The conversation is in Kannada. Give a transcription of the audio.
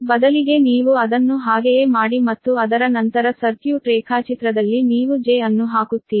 ಬದಲಿಗೆ ನೀವು ಅದನ್ನು ಹಾಗೆಯೇ ಮಾಡಿ ಮತ್ತು ಅದರ ನಂತರ ಸರ್ಕ್ಯೂಟ್ ರೇಖಾಚಿತ್ರದಲ್ಲಿ ನೀವು j ಅನ್ನು ಹಾಕುತ್ತೀರಿ